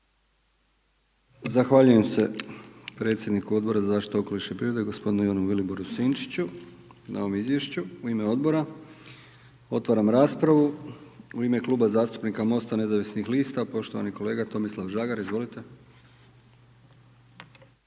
Zahvaljujem se predsjedniku Odbora za zaštitu okoliša i prirode, gospodinu Ivanu Viliboru Sinčiću na ovom Izvješću u ime Odbora. Otvaram raspravu. U ime Kluba zastupnika MOST-a nezavisnih lista, poštovani kolega Tomislav Žagar. Izvolite.